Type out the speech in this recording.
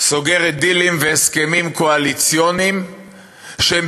סוגרת דילים והסכמים קואליציוניים שהם